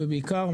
ובעיקר,